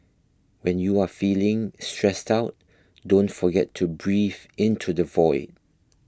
when you are feeling stressed out don't forget to breathe into the void